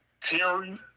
Terry